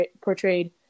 portrayed